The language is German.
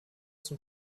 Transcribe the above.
zum